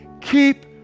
keep